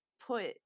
put